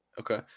Okay